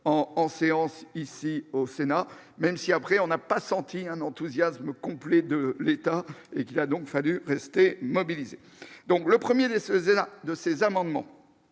en séance ici au Sénat, même si après on n'a pas senti un enthousiasme complet de l'état et qu'il a donc fallu rester mobilisés, donc le 1er de ces amendements